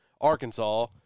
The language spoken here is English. Arkansas